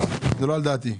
אתם לא מוכנים,